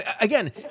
again